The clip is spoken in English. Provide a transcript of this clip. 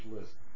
list